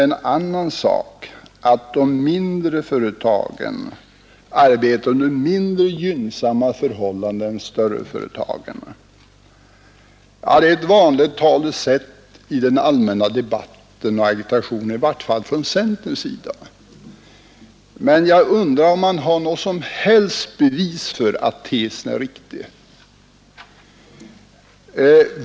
Det har sagts att de mindre företagen arbetar under mindre gynnsamma förhållanden än de större företagen. Det är ett vanligt talesätt i den allmänna debatten och agitationen, i varje fall från centerpartiets sida. Finns det något som helst bevis för att tesen är riktig?